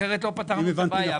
אחרת לא פתרנו את הבעיה.